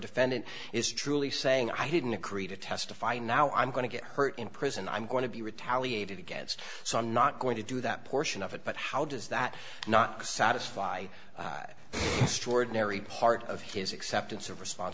defendant is truly saying i didn't agree to testify and now i'm going to get hurt in prison i'm going to be retaliated against so i'm not going to do that portion of it but how does that not satisfy stored narry part of his acceptance or response